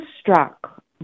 struck